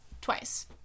Twice